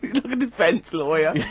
like a defense lawyer!